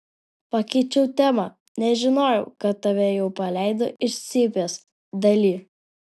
pakeičiau temą nežinojau kad tave jau paleido iš cypės dali